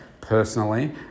personally